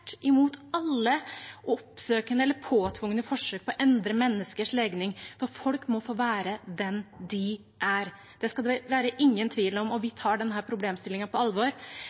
imot alle oppsøkende eller påtvungne forsøk på å endre menneskers legning. Folk må få være den de er. Det skal det ikke være noen tvil om, og vi tar denne problemstillingen på alvor.